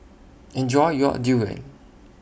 Enjoy your Durian